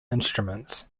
instruments